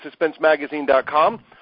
SuspenseMagazine.com